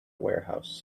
warehouse